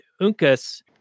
Uncas